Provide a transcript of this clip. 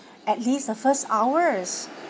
at least the first hours